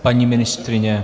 Paní ministryně?